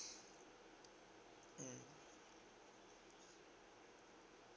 mm